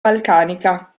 balcanica